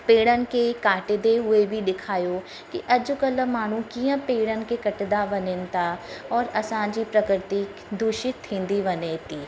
पेड़नि खे काटंदे हुए बि ॾेखायो की अॼुकल्ह माण्हू कीअं पेड़नि खे कटंदा वञनि था औरि असांजी प्रकृति दूषित थींदी वञे थी